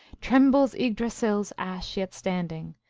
trembles yggdrasil s ash yet standing,